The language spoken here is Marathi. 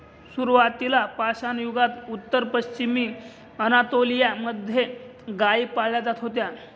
सुरुवातीला पाषाणयुगात उत्तर पश्चिमी अनातोलिया मध्ये गाई पाळल्या जात होत्या